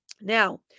Now